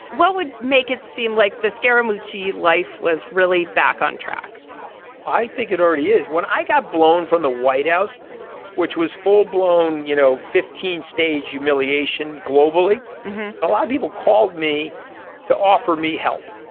what would make it seem like the scary smoochy life was really back on track i think it already is. when i got blown from the white house which was full blown you know fifteen stage humiliation globally a lot of people called me to offer me help.